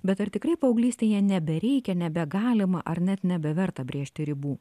bet ar tikrai paauglystėje nebereikia nebegalima ar net nebeverta brėžti ribų